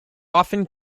often